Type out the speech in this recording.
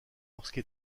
lorsque